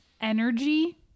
energy